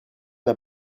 n’a